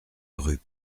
rue